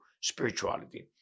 spirituality